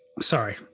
Sorry